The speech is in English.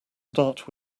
start